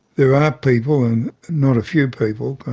there are people and not a few people,